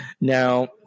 Now